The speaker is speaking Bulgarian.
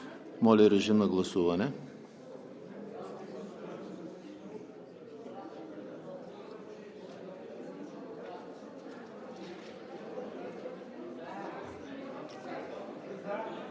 Моля режим на гласуване